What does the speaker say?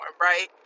Right